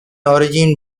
origin